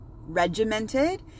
regimented